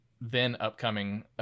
then-upcoming